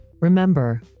Remember